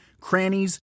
crannies